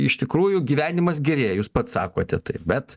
iš tikrųjų gyvenimas gerėja jūs pats sakote taip bet